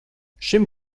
šim